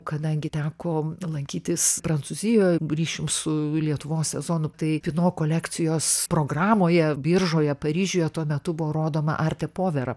kadangi teko lankytis prancūzijoj ryšium su lietuvos sezonu tai pino kolekcijos programoje biržoje paryžiuje tuo metu buvo rodoma arte povera